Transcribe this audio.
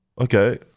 Okay